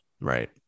Right